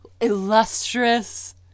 Illustrious